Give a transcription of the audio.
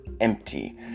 empty